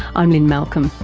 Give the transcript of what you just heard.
i'm lynne malcolm,